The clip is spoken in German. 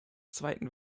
zweiten